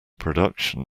production